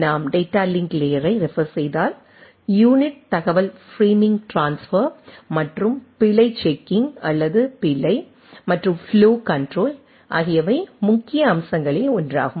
நாம் data link லேயரை refer செய்தால் யூனிட் தகவல் பிரேமிங் ட்ரான்ஸ்பர் மற்றும் பிழை செக்கிங் அல்லது பிழை மற்றும் ஃப்ளோ கண்ட்ரோல் ஆகியவை முக்கிய அம்சங்களில் ஒன்றாகும்